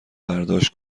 برداشت